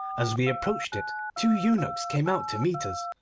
as we approached it two eunuchs came out to meet us.